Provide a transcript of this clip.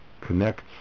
connects